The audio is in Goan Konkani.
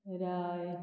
राय